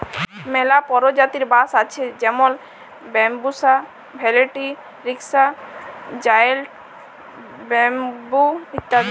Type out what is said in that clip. ম্যালা পরজাতির বাঁশ আছে যেমল ব্যাম্বুসা ভেলটিরিকসা, জায়েল্ট ব্যাম্বু ইত্যাদি